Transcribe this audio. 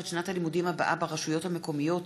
את שנת הלימודים הבאה ברשויות המקומיות,